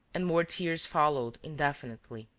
and more tears followed indefinitely,